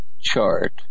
chart